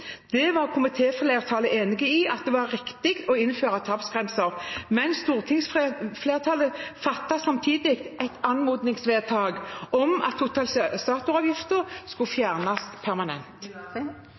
var komiteflertallet enig i at det var riktig å innføre tapsgrenser, men Stortinget fattet samtidig et anmodningsvedtak om at totalisatoravgiften skulle